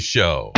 Show